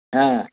হ্যাঁ